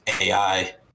AI